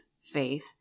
faith